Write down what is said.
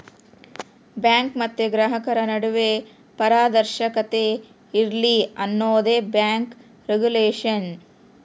bank ಮತ್ತೆ ಗ್ರಾಹಕರ ನಡುವೆ ಪಾರದರ್ಶಕತೆ ಇರ್ಲಿ ಅನ್ನೋದೇ ಬ್ಯಾಂಕ್ ರಿಗುಲೇಷನ್